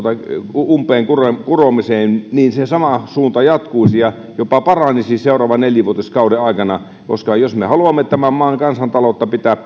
umpeen kuromiseen kuromiseen niin se sama suunta jatkuisi ja jopa paranisi seuraavan nelivuotiskauden aikana koska jos me haluamme tämän maan kansantaloutta pitää